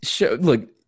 look